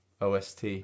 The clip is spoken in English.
OST